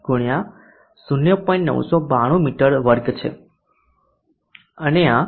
992 મી2 છે અને આ 1